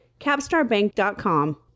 capstarbank.com